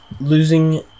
losing